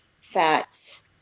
fats